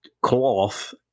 cloth